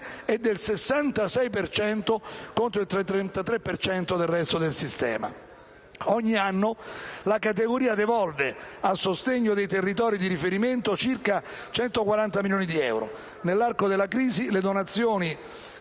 il 33 per cento del resto del sistema. Ogni anno la categoria devolve a sostegno dei territori di riferimento circa 140 milioni di euro; nell'arco della crisi le donazioni